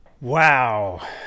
Wow